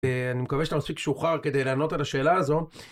אני מקווה שאתה מספיק שוחרר כדי לענות על השאלה הזו.